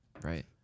right